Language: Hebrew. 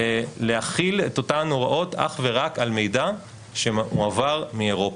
להחיל את אותן הוראות אך ורק על מידע שהועבר מאירופה,